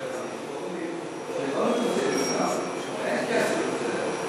תרופות, אין כסף לזה.